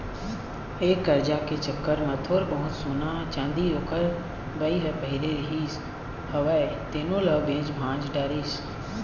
ये करजा के चक्कर म थोर बहुत सोना, चाँदी ओखर बाई ह पहिरे रिहिस हवय तेनो ल बेच भांज डरिस